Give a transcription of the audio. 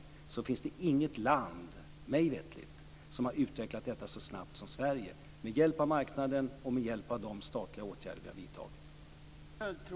Dessutom finns det inget land mig veterligt som utvecklat detta så snabbt som Sverige, med hjälp av marknaden och med hjälp av de statliga åtgärder som vi har vidtagit.